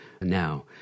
now